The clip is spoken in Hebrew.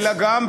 נא לשבת.